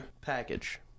package